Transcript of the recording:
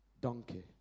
donkey